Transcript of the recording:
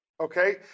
Okay